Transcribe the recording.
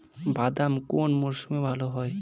বাদাম কোন মরশুমে ভাল হয়?